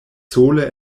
sole